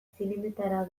zinemetara